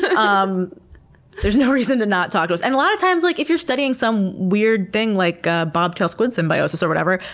but um there's no reason to not talk to us. and a lot of times like if we're studying some weird thing like ah bobtail squid symbiosis, or whatever,